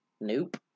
Nope